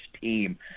team